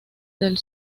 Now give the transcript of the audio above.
del